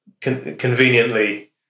conveniently